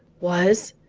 was?